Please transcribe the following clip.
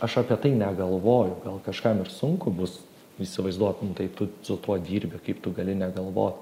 aš apie tai negalvoju gal kažkam ir sunku bus įsivaizduot nu tai tu su tuo dirbi kaip tu gali negalvot